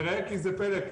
וראה איזה פלא,